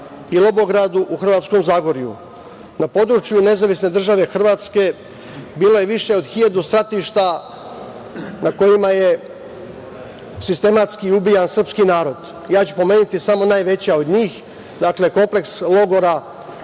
i Lobogradu u hrvatskom Zagorju. Na području nezavisne države Hrvatske bilo je više od 1000 statišta na kojima je sistematski ubijan srpski narod. Ja ću pomenuti samo najveća od njih. Dakle, kompleks logora